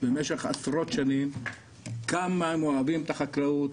במשך עשרות שנים, כמה הם אוהבים את החקלאות,